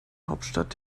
hauptstadt